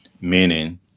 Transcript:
meaning